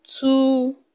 two